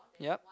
yup